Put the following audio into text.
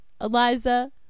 Eliza